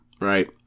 right